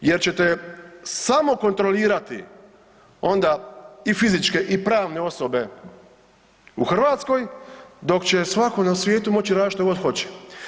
Jer ćete samo kontrolirati onda i fizičke i pravne osobe u Hrvatskoj dok će svako na svijetu moći raditi što god hoće.